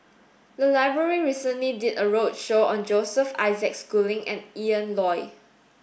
the library recently did a roadshow on Joseph Isaac Schooling and Ian Loy